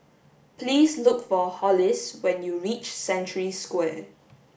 please look for Hollis when you reach Century Square